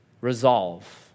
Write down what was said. resolve